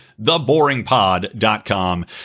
TheBoringPod.com